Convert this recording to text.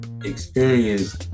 experience